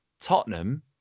Tottenham